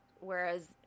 Whereas